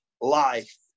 life